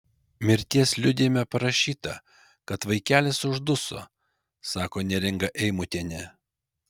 mirties liudijime parašyta kad vaikelis užduso sako neringa eimutienė